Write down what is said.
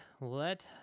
let